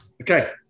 Okay